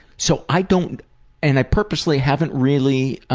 so i don't and i purposely haven't really